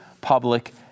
public